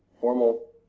formal